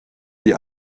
die